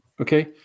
Okay